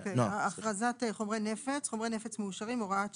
אכרזת חומרי נפץ (חומרי נפץ מאושרים) (הוראת שעה),